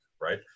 right